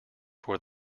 toward